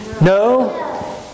No